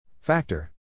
Factor